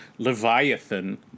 Leviathan